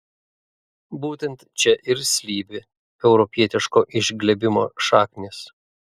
būtent čia ir slypi europietiško išglebimo šaknys